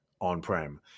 on-prem